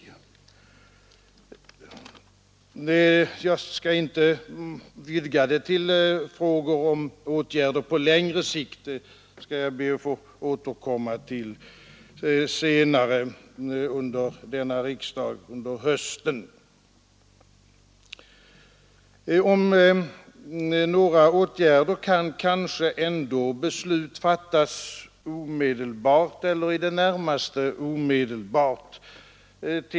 Jag skall inte vidga det till frågor om åtgärder på längre sikt; det skall jag be att få återkomma till under höstriksdagen. Om några åtgärder kan kanske beslut ändå fattas omedelbart eller i det närmaste omedelbart.